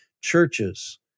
churches